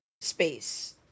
space